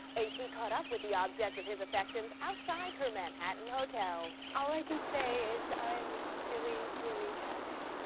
a t. caught up with the object of his affections outside her manhattan hotel. all i can say is, i'm really, really touched.